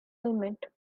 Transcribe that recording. helmet